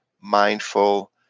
mindful